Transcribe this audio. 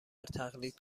تقلید